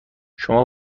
شما